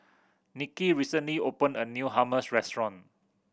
Nikki recently opened a new Hummus Restaurant